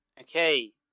Okay